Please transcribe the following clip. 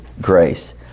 grace